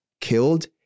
killed